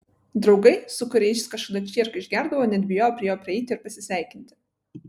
draugai su kuriais kažkada čierką išgerdavo net bijojo prie jo prieiti ir pasisveikinti